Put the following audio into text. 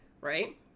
right